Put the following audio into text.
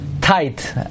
tight